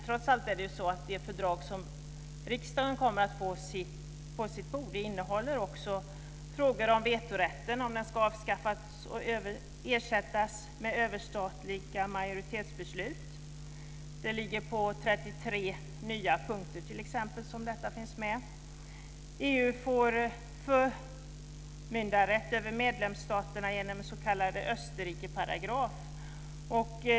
Trots allt innehåller det fördrag som riksdagen kommer att få på sitt bord bl.a. frågan om ifall vetorätten ska avskaffas och ersättas med överstatliga majoritetsbeslut. Detta finns med i EU får förmyndarrätt över medlemsstaterna genom den s.k. Österrikeparagrafen.